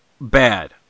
bad